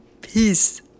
Peace